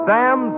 Sam